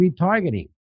retargeting